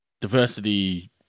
Diversity